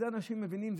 את זה אנשים מבינים,